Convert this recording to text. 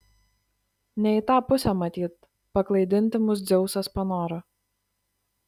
ne į tą pusę matyt paklaidinti mus dzeusas panoro